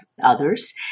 others